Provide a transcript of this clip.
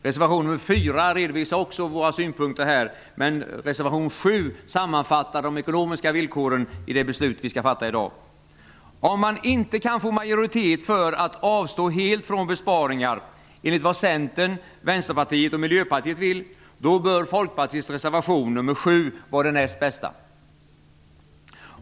Reservation nr 4 redovisar också våra synpunkter, men reservation nr 7 sammanfattar de ekonomiska villkoren i det beslut vi skall fatta i dag. Om man vill avstå helt från besparingar, som Centern, Vänsterpartiet och Miljöpartiet vill, men inte kan få majoritet för detta, bör Folkpartiets reservation nr 7 vara det näst bästa alternativet.